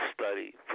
study